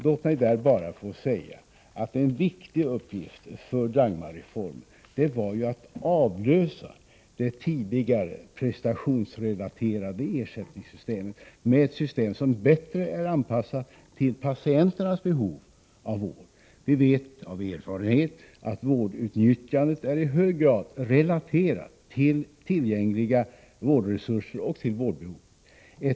Låt mig bara få säga att en viktig uppgift för Dagmarreformen var ju att avlösa det tidigare prestationsrelaterade ersättningssystemet med ett system som bättre är anpassat till patienternas behov av vård. Vi vet av erfarenhet att vårdutnyttjandet är i hög grad relaterat till tillgängliga vårdresurser och till vårdbehovet.